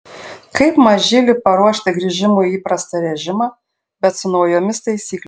kaip mažylį paruošti grįžimui į įprastą režimą bet su naujomis taisyklėmis